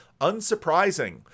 unsurprising